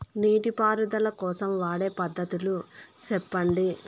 నీటి పారుదల కోసం వాడే పద్ధతులు సెప్పండి?